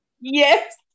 Yes